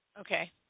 Okay